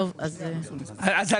תודה רבה.